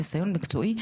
ניסיון מקצועי,